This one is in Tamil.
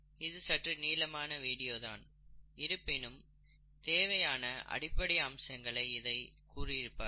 இது சற்று நீளமான வீடியோ தான் இருப்பினும் தேவையான அடிப்படை அம்சங்களை இதில் கூறியிருப்பார்கள்